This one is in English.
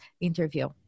interview